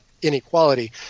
inequality